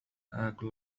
آكل